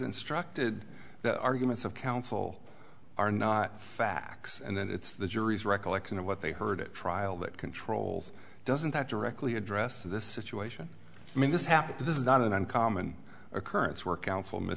instructed the arguments of counsel are not facts and then it's the jury's recollection of what they heard it trial that controls doesn't that directly address this situation i mean this happened this is not an uncommon occurrence where coun